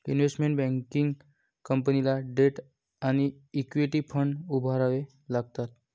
investment banking कंपनीला debt आणि equity fund उभारावे लागतात